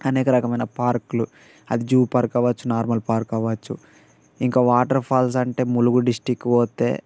అనేక రకమైన పార్క్లు అది జూ పార్క్ అవ్వచ్చు నార్మల్ పార్క్ అవ్వచ్చు ఇంకా వాటర్ ఫాల్స్ అంటే ములుగు డిస్టిక్ పోతే